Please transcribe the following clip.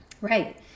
Right